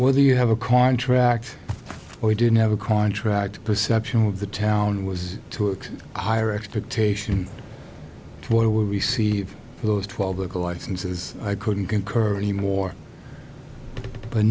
whether you have a contract or you didn't have a contract a perception of the town was to a higher expectation or would receive those twelve local licenses i couldn't concur anymore but